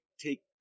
take